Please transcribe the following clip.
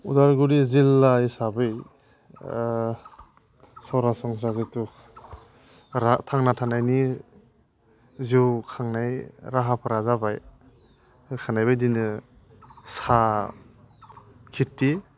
उदालगुरि जिल्ला हिसाबै सरासनस्रा जितु थांना थानायनि जौखांनाय राहाफोरा जाबाय होखानाय बायदिनो साहा खिथि